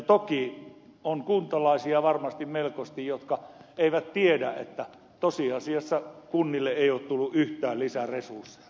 toki on varmasti melkoisesti kuntalaisia jotka eivät tiedä että tosiasiassa kunnille ei ole tullut yhtään lisäresursseja